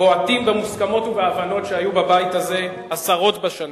בועטים במוסכמות ובהבנות שהיו בבית הזה עשרות בשנים.